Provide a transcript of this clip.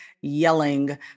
yelling